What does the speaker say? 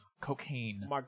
Cocaine